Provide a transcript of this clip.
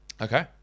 Okay